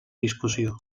discussió